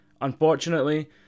unfortunately